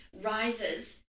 rises